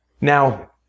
Now